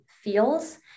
feels